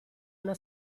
una